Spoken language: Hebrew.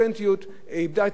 איבדה את האמת שלה,